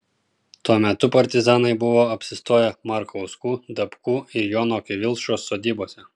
tuo metu partizanai buvo apsistoję markauskų dapkų ir jono kivilšos sodybose